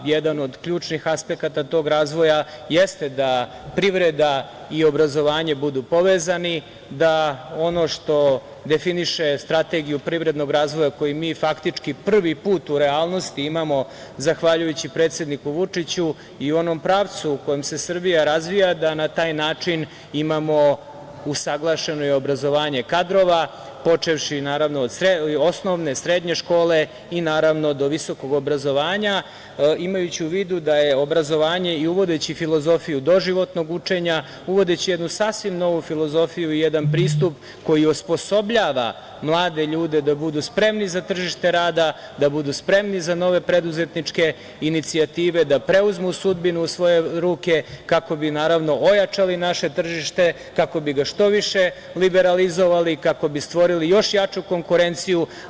Jedan od ključnih aspekata tog razvoja jeste da privreda i obrazovanje budu povezani, da ono što definiše strategiju privrednog razvoja koji mi, faktički prvi put u realnosti imamo, zahvaljujući predsedniku Vučiću i onom pravcu u kom se Srbija razvija da na taj način imamo usaglašeno i obrazovanje kadrova, počevši, naravno od osnovne, srednje škole i naravno do visokog obrazovanja, imajući u vidu da je obrazovanje i uvodeći filozofiju doživotnog učenja, uvodeći jednu sasvim novu filozofiju i jedan pristup koji osposobljava mlade ljude da budu spremni za tržište rada, da budu spremni za nove preduzetničke inicijative, da preuzmu sudbinu u svoje ruke, kako bi naravno ojačali naše tržište, kako bi ga što više liberalizovali kako bi ga što više liberalizovali, kako bi stvorili još jaču konkurenciju.